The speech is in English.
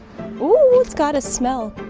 ooh, it's got a smell.